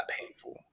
painful